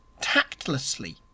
tactlessly